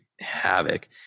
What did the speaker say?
havoc